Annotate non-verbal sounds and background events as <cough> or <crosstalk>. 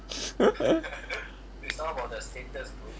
<laughs>